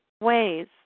ways